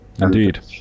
Indeed